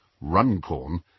Runcorn